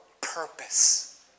purpose